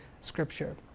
scripture